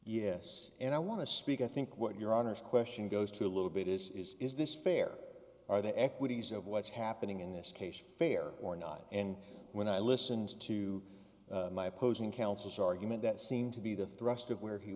yes and i want to speak i think what your honour's question goes to a little bit is is is this fair are the equities of what's happening in this case fair or not and when i listened to my opposing counsel stardom and that seemed to be the thrust of where he